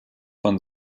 von